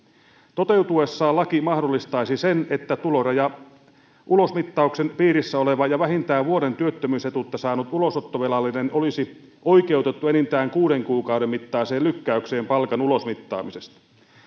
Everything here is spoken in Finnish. toteutuessaan laki mahdollistaisi sen että tulorajaulosmittauksen piirissä oleva ja vähintään vuoden työttömyysetuutta saanut ulosottovelallinen olisi oikeutettu enintään kuuden kuukauden mittaiseen lykkäykseen palkan ulosmittaamisesta